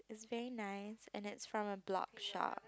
very nice and it's from a blog shop